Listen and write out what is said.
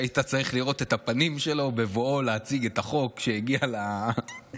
היית צריך לראות את הפנים שלו בבואו להציג את החוק כשהגיע לוועדה,